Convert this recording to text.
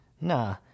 Nah